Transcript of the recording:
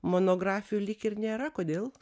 monografijų lyg ir nėra kodėl